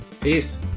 Peace